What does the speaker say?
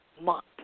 Month